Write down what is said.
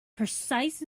precise